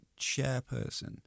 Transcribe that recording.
chairperson